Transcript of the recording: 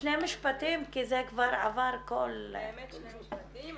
שני משפטים, כי זה כבר עבר --- שני משפטים.